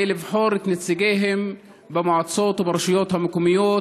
לבחור את נציגיהם במועצות וברשויות המקומיות,